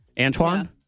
Antoine